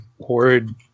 horrid